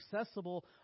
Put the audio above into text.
accessible